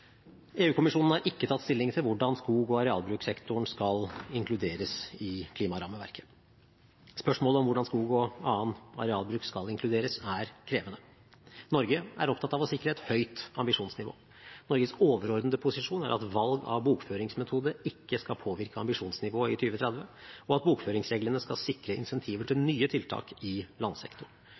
har ikke tatt stilling til hvordan skog- og arealbrukssektoren skal inkluderes i klimarammeverket. Spørsmålet om hvordan skog og annen arealbruk skal inkluderes, er krevende. Norge er opptatt av å sikre et høyt ambisjonsnivå. Norges overordnede posisjon er at valg av bokføringsmetode ikke skal påvirke ambisjonsnivået i 2030, og at bokføringsreglene skal sikre insentiver til nye tiltak i landsektoren.